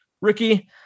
Ricky